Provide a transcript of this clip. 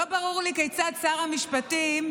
לא ברור לי כיצד שר המשפטים,